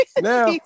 Now